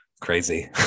Crazy